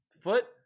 Foot